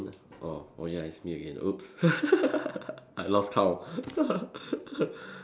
orh oh ya it's me again !oops! I lost count